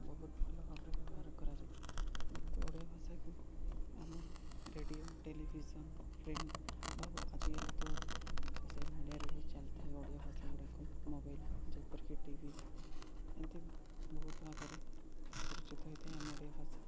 ବହୁତ ଭଲ ଭାବରେ ବ୍ୟବହାର କରାଯାଏ ଯେମିତି ଓଡ଼ିଆ ଭାଷାକୁ ଆମ ରେଡ଼ିଓ ଟେଲିଭିଜନ ପ୍ରିଣ୍ଟ ବାବୁ ଆଜିକାଲି ତ ସୋସିଆଲ ମିଡ଼ିଆରେ ବି ଚାଲିଥାଏ ଓଡ଼ିଆ ଭାଷା ଗୁଡ଼ାକ ମୋବାଇଲ୍ ଯେପରିକି ଟିଭି ଏମ୍ତି ବହୁତ ଭାବରେ ପରିଚିତ ହୋଇଥାଏ ଆମ ଓଡ଼ିଆ ଭାଷା